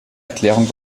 erklärung